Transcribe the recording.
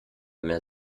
mehr